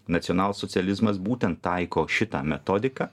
nacionalsocializmas būtent taiko šitą metodiką